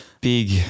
Big